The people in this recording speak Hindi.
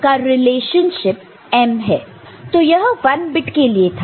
m xy तो यह 1 बिट के लिए था